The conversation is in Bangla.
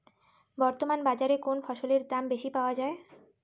বর্তমান বাজারে কোন ফসলের দাম বেশি পাওয়া য়ায়?